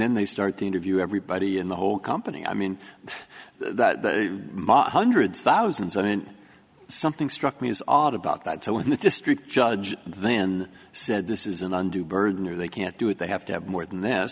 then they start the interview everybody in the whole company i mean the hundreds thousands and then something struck me as odd about that so when the district judge then said this is an undue burden or they can't do it they have to have more than th